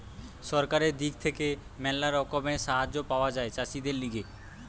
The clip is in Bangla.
সরকারের দিক থেকে ম্যালা রকমের সাহায্য পাওয়া যায় চাষীদের লিগে